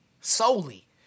solely